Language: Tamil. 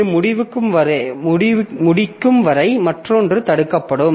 இது முடிக்கும் வரை மற்றொன்று தடுக்கப்படும்